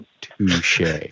Touche